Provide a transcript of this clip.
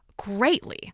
greatly